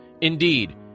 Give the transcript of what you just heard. Indeed